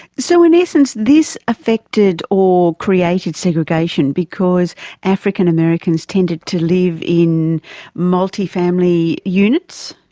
so in essence this affected or created segregation because african-americans tended to live in multifamily units?